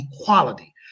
equality